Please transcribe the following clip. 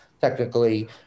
technically